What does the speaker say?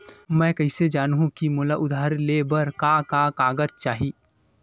मैं कइसे जानहुँ कि मोला उधारी ले बर का का कागज चाही?